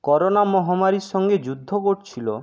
corona মহামারীর সঙ্গে যুদ্ধ করছিলো